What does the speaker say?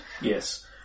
Yes